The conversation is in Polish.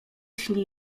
snuł